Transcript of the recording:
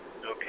Okay